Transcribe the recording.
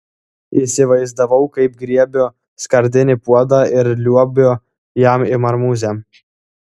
įsivaizdavau kaip griebiu skardinį puodą ir liuobiu jam į marmūzę